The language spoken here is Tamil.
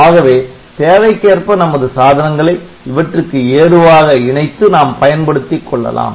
ஆகவே தேவைக்கேற்ப நமது சாதனங்களை இவற்றுக்கு ஏதுவாக இணைத்து நாம் பயன் படுத்திக்கொள்ளலாம்